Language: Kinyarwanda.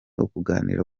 ukuganira